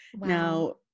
Now